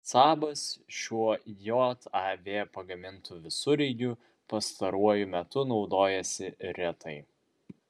sabas šiuo jav pagamintu visureigiu pastaruoju metu naudojosi retai